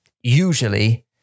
usually